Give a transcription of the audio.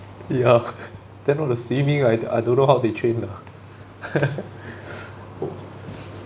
ya then now the C_B I I don't know how they train lah